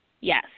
yes